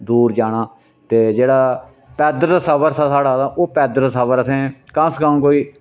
दूर जाना ते जेह्ड़ा पैदल सफर था साढ़ा ते ओह् पैदल सफर असें कम से कम कोई